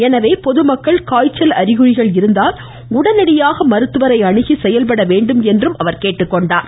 எனவே பொதுமக்கள் காய்ச்சல் அறிகுறிகள் இருந்தால் உடனடியாக மருத்துவரை அணுகி செயல்பட வேண்டும் என்றும் அவர் கேட்டுக்கொண்டார்